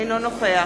אינו נוכח